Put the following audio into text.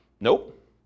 Nope